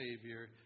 Savior